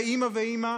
ואימא ואימא,